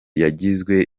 yagizwe